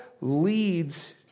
leads